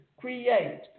create